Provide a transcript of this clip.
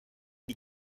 die